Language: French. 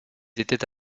étaient